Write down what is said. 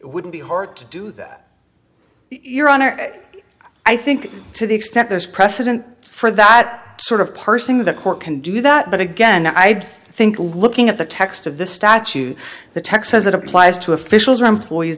would be hart do that your honor i think to the extent there's precedent for that sort of person the court can do that but again i think looking at the text of the statute the text says it applies to officials or employees